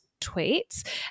tweets